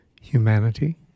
humanity